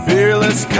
Fearless